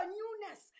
newness